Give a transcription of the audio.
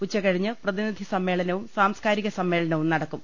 ഉച്ചകഴിഞ്ഞ് പ്രതിനിധി് സമ്മേളനവും സാംസ്കാരിക സമ്മേളനവും നടക്കും